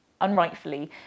unrightfully